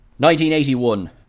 1981